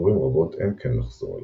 לדבורים רבות אין קן לחזור אליו,